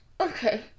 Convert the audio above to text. Okay